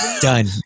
done